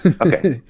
okay